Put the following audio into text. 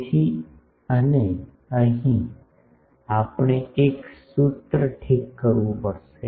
તેથી અને અહીં આપણે એક સૂત્ર ઠીક કરવું પડશે